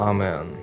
Amen